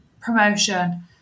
promotion